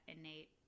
innate